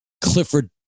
Clifford